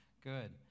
Good